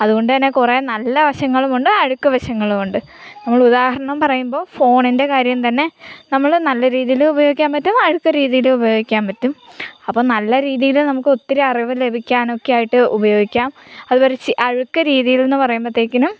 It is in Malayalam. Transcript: അതുകൊണ്ട് തന്നെ കുറേ നല്ല വശങ്ങളുമുണ്ട് അഴുക്ക വശങ്ങളുമുണ്ട് നമ്മൾ ഉദാഹരണം പറയുമ്പോൾ ഫോണിൻ്റെ കാര്യം തന്നെ നമ്മൾ നല്ല രീതിയി ഉപയോഗിക്കാൻ പറ്റും അഴുക്ക രീതിയിൽ ഉപയോഗിക്കാൻ പറ്റും അപ്പം നല്ല രീതിയിൽ നമുക്ക് ഒത്തിരി അറിവ് ലഭിക്കാനൊക്കെ ആയിട്ട് ഉപയോഗിക്കാം അതൊരു അഴുക്ക രീതിയിലെന്ന് പറയുമ്പത്തേക്കിനും